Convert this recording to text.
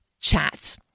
chat